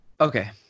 okay